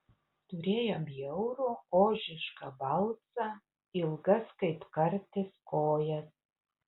turėjo bjaurų ožišką balsą ilgas kaip kartis kojas